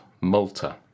Malta